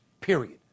period